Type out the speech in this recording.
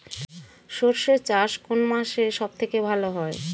সর্ষে চাষ কোন মাসে সব থেকে ভালো হয়?